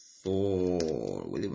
Four